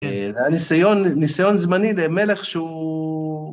היה ניסיון, ניסיון זמני למלך שהוא...